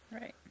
Right